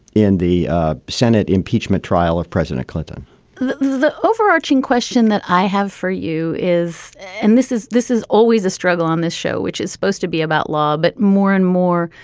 in the senate impeachment trial of president clinton the overarching question that i have for you is and this is this is always a struggle on this show, which is supposed to be about law. but more and more,